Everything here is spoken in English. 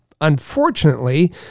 unfortunately